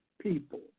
people